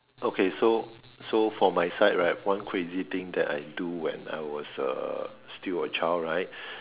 okay so so for my side right one crazy thing that I do when I was a still a child right